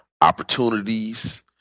opportunities